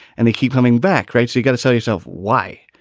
and they keep coming back. right. you you got to sell yourself. why?